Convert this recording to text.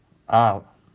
ah